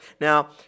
Now